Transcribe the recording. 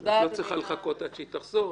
את לא צריכה לחכות עד שהיא תחזור.